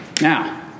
now